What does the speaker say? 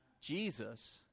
Jesus